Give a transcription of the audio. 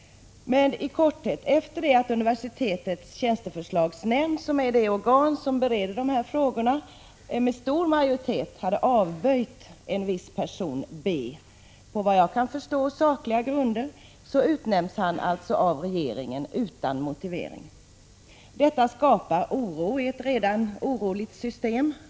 20 maj 1987 Tall korthet: Efter det att universitetets tjänsteförslagsnämnd, som är det organ som bereder tillsättningsfrågor, med stor majoritet hade avböjt en viss er ER : Å i person B på, såvitt jag kan se, sakliga grunder, utnämns han alltså av REPA EE NIE regeringen utan motivering. Det skapar oro i ett redan oroligt system.